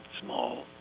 small